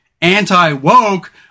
anti-woke